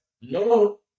no